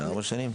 לארבע שנים?